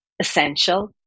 essential